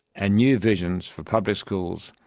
and new visions for public schools,